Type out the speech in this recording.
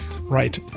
Right